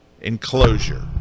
enclosure